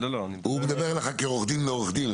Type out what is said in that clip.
הוא מדבר אליך כעורך דין לעורך דין.